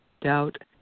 doubt